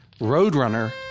Roadrunner